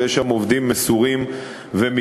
ויש שם עובדים מסורים ומקצועיים,